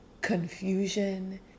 confusion